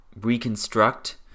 reconstruct